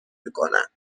میکنند